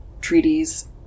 treaties